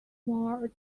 more